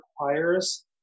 requires